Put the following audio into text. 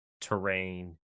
terrain